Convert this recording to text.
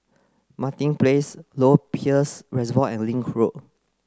Martin Place Lower Peirce Reservoir and Link Road